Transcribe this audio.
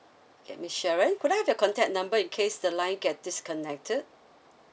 okay miss sharon could I have your contact number in case the line get disconnected